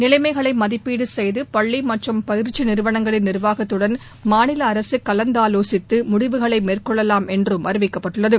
நிலைமைகளை மதிப்பீடு செய்து பள்ளி மற்றும் பயிற்சி நிறுவனங்களின் நிர்வாகத்துடன் மாநில அரசு கலந்தாலோசித்து முடிவுகளை மேற்கொள்ளலாம் என்றும் அறிவிக்கப்பட்டுள்ளது